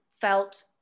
felt